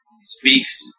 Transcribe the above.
speaks